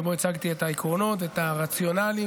שבו הצגתי את העקרונות ואת הרציונלים,